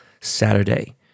Saturday